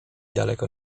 daleko